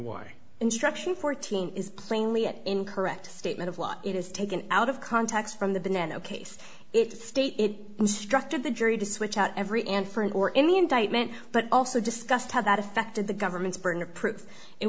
why instruction fourteen is plainly an incorrect statement of law it is taken out of context from the banana case it state it instructed the jury to switch out every and friend or in the indictment but also discussed how that affected the government's